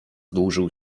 dłużył